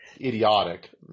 idiotic